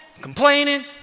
complaining